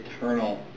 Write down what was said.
eternal